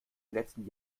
letzten